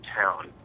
town